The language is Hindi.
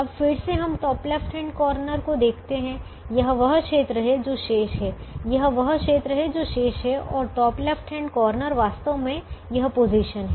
अब फिर से हम टॉप लेफ्ट हैण्ड कार्नर को देखते हैं यह वह क्षेत्र है जो शेष है और टॉप लेफ्ट हैण्ड कार्नर वास्तव में यह पोजीशन है